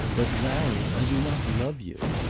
but, larry, i do not love you.